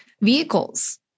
vehicles